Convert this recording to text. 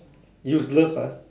useless ah